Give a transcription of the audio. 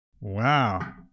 Wow